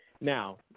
Now